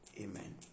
Amen